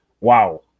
wow